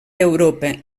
europa